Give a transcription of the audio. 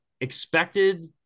expected